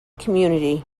community